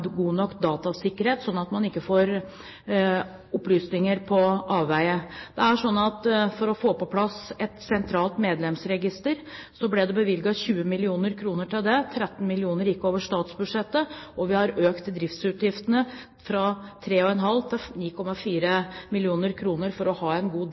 god nok datasikkerhet, slik at ikke opplysninger kommer på avveier. For å få på plass et sentralt medlemsregister ble det bevilget 20 mill. kr. 13 mill. kr gikk over statsbudsjettet, og vi har økt driftsutgiftene fra 3,5 mill. kr til 9,4 mill. kr for å ha en god